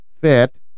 fit